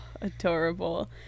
adorable